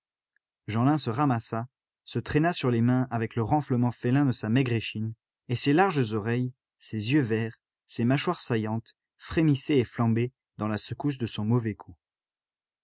jeanlin se ramassa se traîna sur les mains avec le renflement félin de sa maigre échine et ses larges oreilles ses yeux verts ses mâchoires saillantes frémissaient et flambaient dans la secousse de son mauvais coup